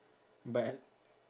but